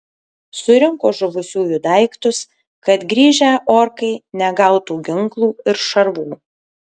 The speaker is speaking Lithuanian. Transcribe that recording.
surinko žuvusiųjų daiktus kad grįžę orkai negautų ginklų ir šarvų